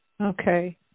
okay